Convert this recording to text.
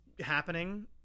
happening